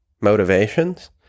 motivations